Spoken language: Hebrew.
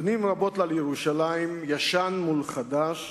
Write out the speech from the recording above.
פנים רבות לה לירושלים, ישן מול חדש,